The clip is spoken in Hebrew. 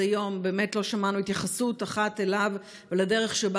היום באמת לא שמענו התייחסות אחת אליו ולדרך שבה